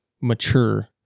mature